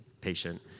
patient